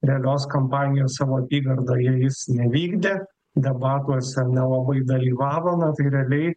realios kompanijos savo apygardoje jis nevykdė debatuose nelabai dalyvavo na tai realiai